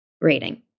rating